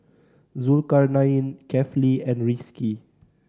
Zulkarnain Kefli and Rizqi